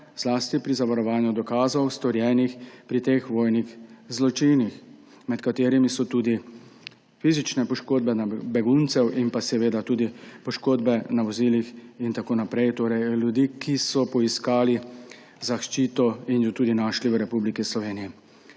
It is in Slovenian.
zlasti pri zavarovanju dokazov, storjenih pri teh vojnih zločinih, med katerimi so tudi fizične poškodbe beguncev in seveda tudi poškodbe na vozilih in tako naprej. Torej ljudi, ki so poiskali zaščito in jo tudi našli v Republiki Sloveniji.